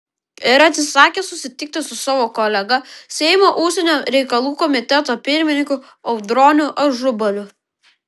ir atsisakė susitikti su savo kolega seimo užsienio reikalų komiteto pirmininku audroniu ažubaliu